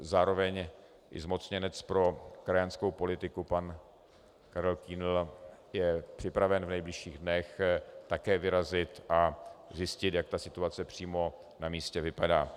Zároveň zmocněnec pro krajanskou politiku pan Karel Kühnl je připraven v nejbližších dnech také vyrazit a zjistit, jak situace přímo na místě vypadá.